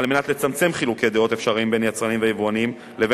על מנת לצמצם חילוקי דעות אפשריים בין יצרנים ויבואנים לבין